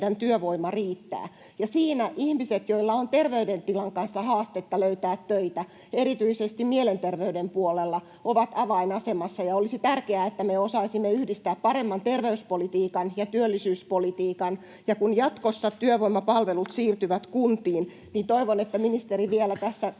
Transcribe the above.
siinä ihmiset, joilla on terveydentilan kanssa haastetta löytää töitä, erityisesti mielenterveyden puolella, ovat avainasemassa. Olisi tärkeää, että me osaisimme yhdistää paremman terveyspolitiikan ja työllisyyspolitiikan. Ja kun jatkossa työvoimapalvelut siirtyvät kuntiin, niin toivon, että ministeri vielä tässä miettii